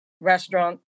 restaurant